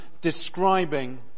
describing